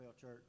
Church